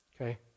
Okay